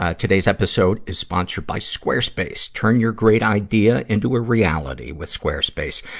ah today's episode is sponsored by squarespace. turn your great idea into a reality with squarespace.